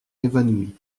évanoui